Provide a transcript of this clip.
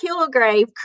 Kilgrave